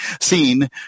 seen